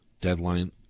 deadline